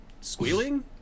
squealing